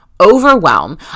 overwhelm